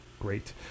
great